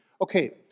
Okay